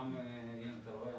הנה אתה רואה,